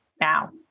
now